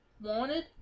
Wanted